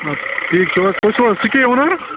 ٹھیٖک چھِو حظ تُہۍ چھِو حظ ژٕ کے وَنان